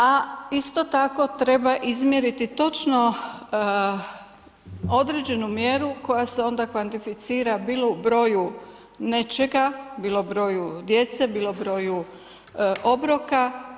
A isto tako treba izmjeriti točno određenu mjeru koja se onda kvantificira bilo u broju nečega, bilo broju djece, bilo broju obroka.